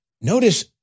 Notice